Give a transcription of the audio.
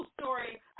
story